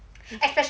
mmhmm